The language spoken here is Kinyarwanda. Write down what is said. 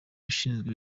ushinzwe